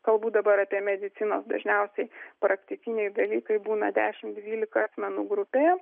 kalbu dabar apie medicinos dažniausiai praktiniai dalykai būna dešimt dvylika asmenų grupė